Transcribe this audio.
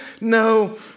no